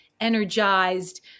energized